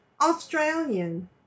Australian